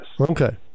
Okay